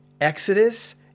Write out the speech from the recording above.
Exodus